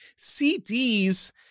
CDs